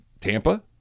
Tampa